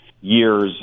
years